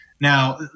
Now